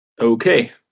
okay